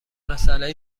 مسئله